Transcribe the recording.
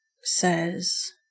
says